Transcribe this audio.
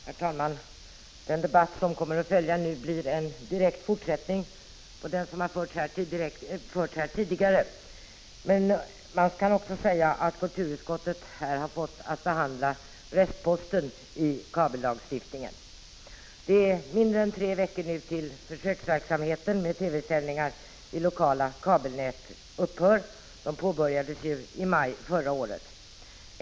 Herr talman! Den debatt som nu följer blir en direkt fortsättning på den debatt som fördes här tidigare. Man kan också säga att det som kulturutskottet har fått att behandla är restposten av kabellagstiftningen. Det är nu mindre än tre veckor tills försöksverksamheten med TV sändningar i lokala kabelnät upphör — den påbörjades i maj förra året.